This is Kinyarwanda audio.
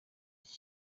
iki